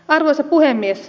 arvoisa puhemies